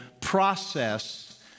process